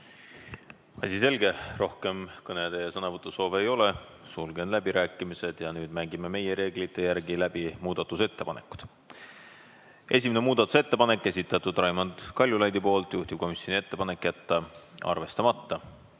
Asi selge! Rohkem kõne- ja sõnavõtusoove ei ole. Sulgen läbirääkimised ja nüüd hääletame meie reeglite järgi läbi muudatusettepanekud. Esimene muudatusettepanek on Raimond Kaljulaidi esitatud, juhtivkomisjoni ettepanek on jätta arvestamata.